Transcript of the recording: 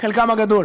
חלקם הגדול,